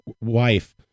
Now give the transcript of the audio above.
wife